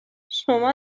شما